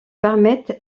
permettent